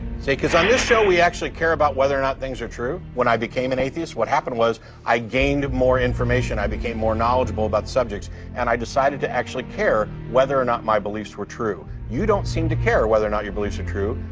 see cuz i'm this show we actually care about whether or not things are true when i became an atheist what happened was i? gained more information, i became more knowledgeable about subjects and i decided to actually care whether or not my beliefs were true you don't seem to care whether or not your beliefs are true.